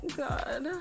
god